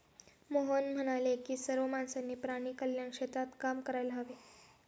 मोहन म्हणाले की सर्व माणसांनी प्राणी कल्याण क्षेत्रात काम करायला हवे